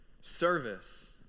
Service